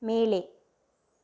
மேலே